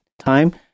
time